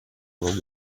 will